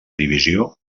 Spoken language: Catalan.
divisió